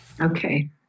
okay